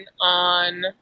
on